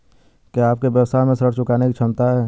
क्या आपके व्यवसाय में ऋण चुकाने की क्षमता है?